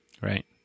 Right